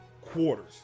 quarters